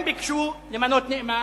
הם ביקשו למנות נאמן,